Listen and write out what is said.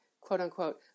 quote-unquote